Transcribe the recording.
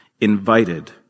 invited